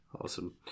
Awesome